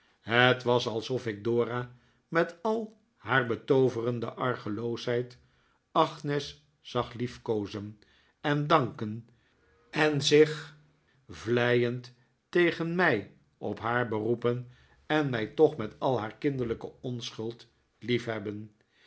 het was alsof ik dora met al haar betooverende argeloosheid agnes zag liefkoozen en danken en zich vleiend tegen mij op haar beroepen en mij toch met al haar kinderlijke onschuld liefhebben